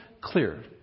clear